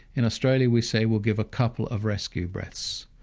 in australia we say well give a couple of rescue breaths.